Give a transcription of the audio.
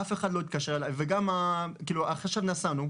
אף אחד לא התקשר אליי, כאילו גם אחרי שנסענו.